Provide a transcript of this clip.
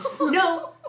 No